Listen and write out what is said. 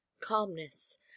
Calmness